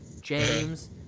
James